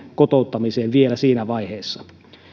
kotouttamiseen vielä siinä vaiheessa